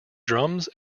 drums